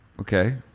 Okay